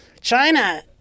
china